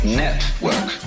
network